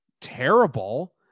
terrible